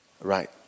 right